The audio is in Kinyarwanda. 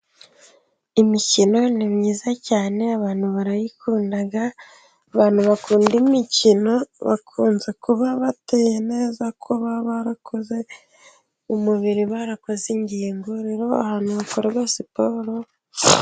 Imikino ni myiza cyane abantu barayikunda. Abantu bakunda imikino bakunze kuba bateye neza kuko baba barakoze umubiri barakoze ingingo, rero abantu hakora siporo...